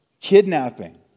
kidnapping